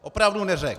Opravdu neřekl.